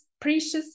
precious